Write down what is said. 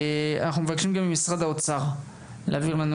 אנחנו מבקשים ממשרד האוצר להעביר לנו